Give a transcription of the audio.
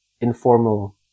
informal